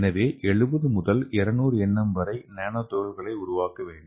எனவே 70 முதல் 200 என்எம் வரை நானோ துகள்களை உருவாக்க வேண்டும்